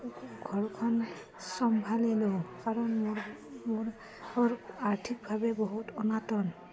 ঘৰখন চম্ভালি লওঁ কাৰণ মোৰ মোৰ আৰ্থিকভাৱে বহুত অনাটন